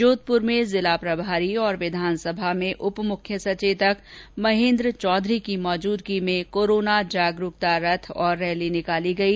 जोधपुर में जिला प्रभारी मंत्री और विधानसभा में उप मुख्य सचेतक महेन्द्र चौधरी की मौजूदगी में कोरोना जागरूकता रथ और रैली निकाली गई